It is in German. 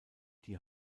die